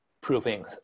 proving